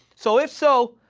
so, if so,